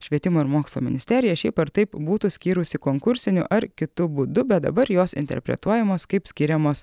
švietimo ir mokslo ministerija šiaip ar taip būtų skyrusi konkursiniu ar kitu būdu bet dabar jos interpretuojamos kaip skiriamos